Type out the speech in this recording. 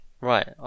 Right